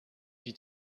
die